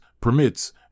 permits